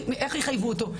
איך יחייבו אותו?